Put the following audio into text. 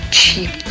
cheap